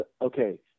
okay